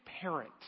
parent